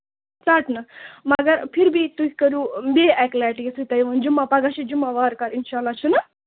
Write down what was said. ژَٹنہٕ مَگر پھر بھی تُہۍ کٔرِو بیٚیہِ اَکہِ لَٹہِ یِتھُے تۄہہِ وۅنۍ جُمعہ پَگاہ چھُ جُمعہ وارٕکارٕ اِنشاللہ چھُناہ